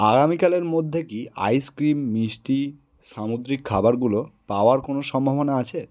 আগামীকালের মধ্যে কি আইসক্রিম মিষ্টি সামুদ্রিক খাবারগুলো পাওয়ার কোনো সম্ভাবনা আছে